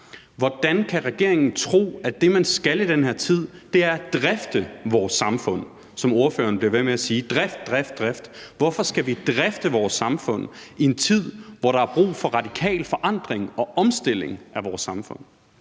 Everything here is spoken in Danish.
Hvordan kan regeringen tro, at det, man skal i den her tid, er at drifte vores samfund? Ordføreren bliver ved med at sige: Drift, drift, drift. Hvorfor skal vi drifte vores samfund i en tid, hvor der er brug for radikal forandring og omstilling af vores samfund?